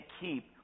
keep